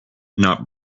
not